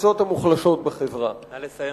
בקבוצות המוחלשות בחברה, נא לסיים.